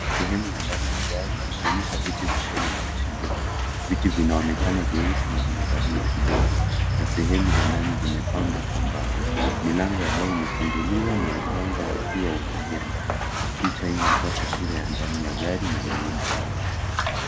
Sehemu ya ndani ya gari ikionyesha viti vya ndani na dashibodi. Viti vinaonekana vyeusi na vimevaliwa kidogo na sehemu za ndani zimepambwa kwa mbao. Milango ya gari imefunguliwa na mwanga wa jua unaingia ndani. Picha hii inatoa taswira ya ndani ya gari na muundo wake.